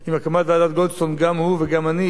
גם הוא וגם אני היינו בדעה שונה.